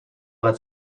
that